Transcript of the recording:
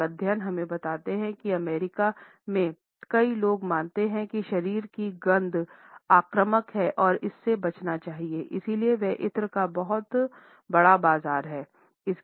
एक अध्ययन हमें बताता है कि अमेरिका में कई लोग मानते हैं कि शरीर की गंध आक्रामक है और इससे बचना चाहिए इसलिए वहां इत्र का बहुत बड़ा बाज़ार है